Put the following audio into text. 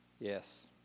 Yes